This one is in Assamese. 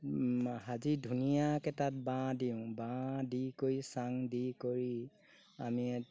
সাজি ধুনীয়াকৈ তাত বাঁহ দিওঁ বাঁহ দি কৰি চাং দি কৰি আমি